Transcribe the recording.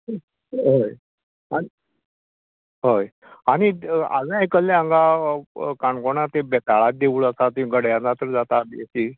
हय हय आनी हांवें आयकल्लें हांगा काणकोणा बी तें बेताळां देवूळ आसा थंय गड्या जात्रा जाता ती